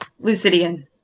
Lucidian